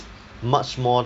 much more